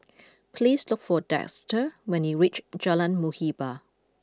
please look for Dexter when you reach Jalan Muhibbah